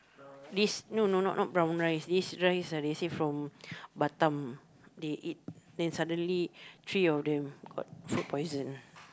this no no no not brown rice this rice ah they say from Batam they eat then suddenly three of them got food poison